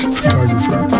photographer